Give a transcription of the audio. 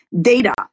data